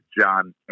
John